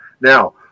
Now